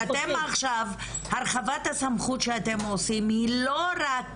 אתם עכשיו הרחבת הסמכות שאתם עושים היא לא רק.